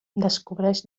descobreix